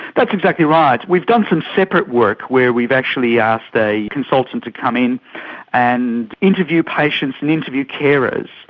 that's exactly right. we've done some separate work where we've actually asked a consultant to come in and interview patients and interview carers.